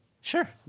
Sure